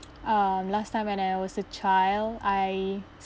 um last time when I was a child I